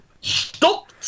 Stop